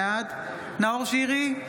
בעד נאור שירי,